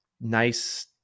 nice